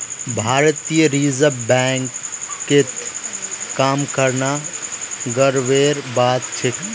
भारतीय रिजर्व बैंकत काम करना गर्वेर बात छेक